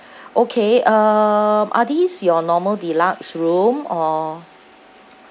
okay um are these your normal deluxe room or